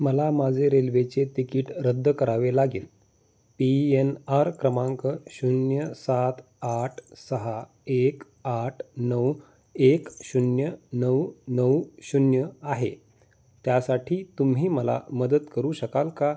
मला माझे रेल्वेचे तिकीट रद्द करावे लागेल पी यन आर क्रमांक शून्य सात आठ सहा एक आठ नऊ एक शून्य नऊ नऊ शून्य आहे त्यासाठी तुम्ही मला मदत करू शकाल का